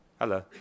Hello